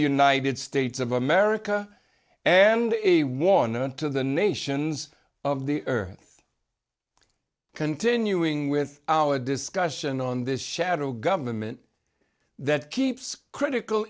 the united states of america and a warning to the nations of the earth continuing with our discussion on this shadow government that keeps critical